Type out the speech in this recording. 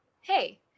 Hey